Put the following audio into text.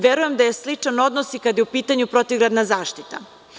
Verujem da je sličan odnos i kada je u pitanju protivgradna zaštita.